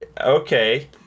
okay